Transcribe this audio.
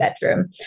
bedroom